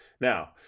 Now